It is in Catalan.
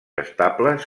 estables